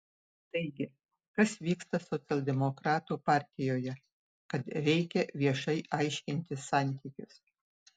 taigi kas vyksta socialdemokratų partijoje kad reikia viešai aiškintis santykius